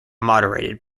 moderated